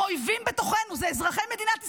עם אויבים בתוכנו, זה אזרחי מדינת ישראל,